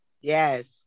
Yes